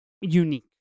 unique